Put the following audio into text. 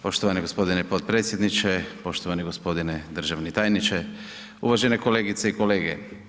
Poštovani gospodine potpredsjedniče, poštovani gospodine državni tajniče, uvažene kolegice i kolege.